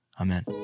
Amen